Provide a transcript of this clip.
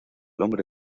hombre